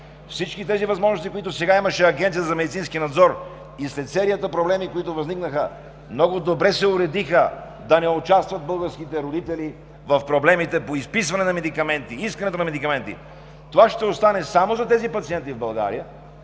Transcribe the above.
всички тези възможности, които досега имаше Агенцията за медицински надзор и след серията проблеми, които възникнаха, много добре се уредиха да не участват българските родители в проблемите по изписването на медикаменти, искането на медикаменти. Това ще остане само за тези пациенти в България,